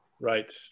Right